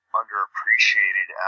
underappreciated